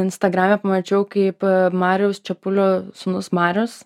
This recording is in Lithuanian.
instagrame pamačiau kaip mariaus čepulio sūnus marius